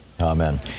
amen